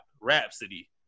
Rhapsody